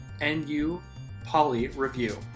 NUPolyReview